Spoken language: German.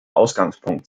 ausgangspunkt